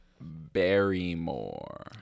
Barrymore